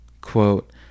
quote